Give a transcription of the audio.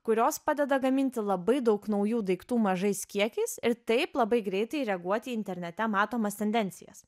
kurios padeda gaminti labai daug naujų daiktų mažais kiekiais ir taip labai greitai reaguoti į internete matomas tendencijas